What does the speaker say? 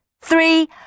three